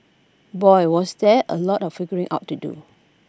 boy was there A lot of figuring out to do